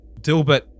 Dilbert